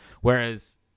Whereas